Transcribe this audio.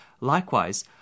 Likewise